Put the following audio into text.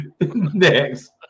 Next